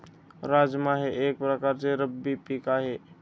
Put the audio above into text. राजमा हे एक प्रकारचे रब्बी पीक आहे